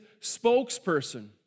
spokesperson